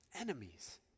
Enemies